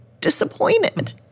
disappointed